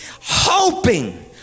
hoping